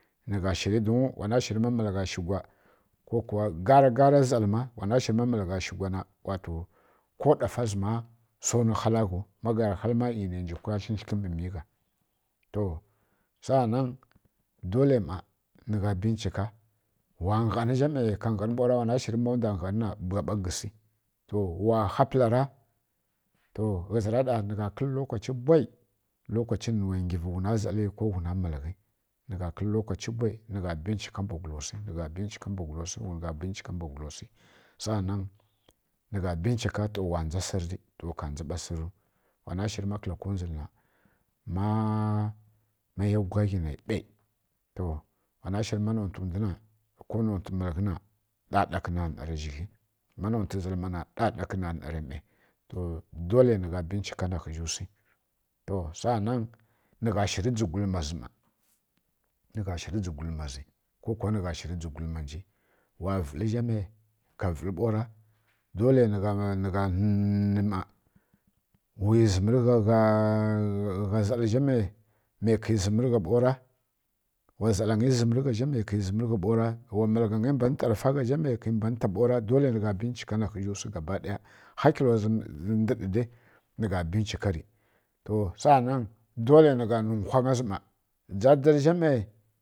Nǝ gha shǝri don ma mǝlagha shǝgwa kokuwa gara gara zalǝ ma wana shirǝ ma malǝgha shǝgwa na ko ɗafa zǝ ma wsa wnu zǝma ghau don ma nǝ gha zǝm ma nǝ njikwugla tlǝ tlǝ mbǝ migha saanan dolai ˈma nǝgha binchika wa nghan zhamai ka nghan ɓau ra don wqna shǝri ma ndwa nghan na wa ɗa gǝsi wa kha pǝla ra? To ghǝzǝ ra ɗa nǝgha kǝl lokachi bwai lokachi mbǝ ngyi vi wghuna zali ko wghuna malǝghi nǝgha kǝl lokachi bwai nɡha binchika mbwagula wsi nǝgha binchika mbwagula wsi nǝgha binchiuka mbwagula wsi kuma nǝgha binchika nto wa ndza sǝrri nto ka ndza ɓa sǝrriu wana shǝri ma kǝla kundzwulǝna ma yawghugla ghi na ɓai to wana shǝri ma nontǝ zal na ko nontǝ malghǝ na ɗaɗaghǝ na ˈnara zhigli ma nontǝ zal ˈma na ɗaɗakǝ na ˈnara ˈmai to dolǝ nǝgha binchika na khǝzhi wsi to saanan nǝ gha shǝri dzǝgwulma zǝ ˈma ko kuwa nǝgha shiri dzǝgwulmanji wa vǝli zhamai ka vǝlǝ ɓaura dolai nǝgha nǝ ˈma wi zǝmǝrigha gha zalǝ zhamai kǝ rǝ zǝmǝri gha ɓau ra wa zalǝ zǝmǝrigha gha zhamai kǝ rǝ zǝmǝri gha ɓau ra wa mǝlagha nyi mbanǝ ta ɗafa gha zhamai wsashu ra dolai nǝ gha binchika naƙhǝzhǝ wsi gabakiɗaya hakilowa zǝ ndǝɗ dai nǝgha binchikarǝ saanan dolai nǝgha nǝ whangya zǝ ˈma dzadzarǝ zha mai